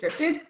scripted